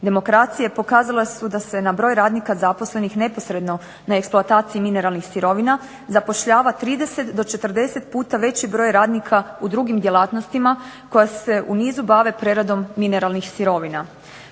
demokracije pokazala su da se na broj radnika zaposlenih neposredno na eksploataciji mineralnih sirovina zapošljava 30 do 40 puta veći broj radnika u drugim djelatnostima koja se u nizu bave preradom mineralnih sirovina.